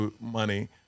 money